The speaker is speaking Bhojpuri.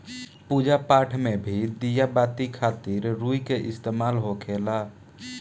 पूजा पाठ मे भी दिया बाती खातिर रुई के इस्तेमाल होखेला